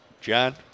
John